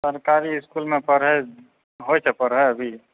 सरकारी इसकुल मे पढ़ाइ होइ छै पढ़ाइ अभी